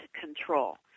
Control